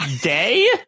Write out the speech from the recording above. Day